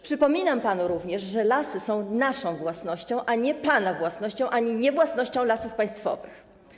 Przypominam panu również, że lasy są naszą własnością, a nie pana własnością ani własnością Lasów Państwowych.